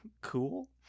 cool